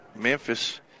Memphis